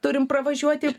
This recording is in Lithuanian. turime pravažiuoti